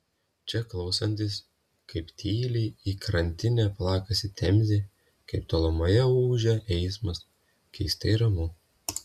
čia klausantis kaip tyliai į krantinę plakasi temzė kaip tolumoje ūžia eismas keistai ramu